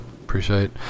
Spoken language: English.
appreciate